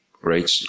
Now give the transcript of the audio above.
right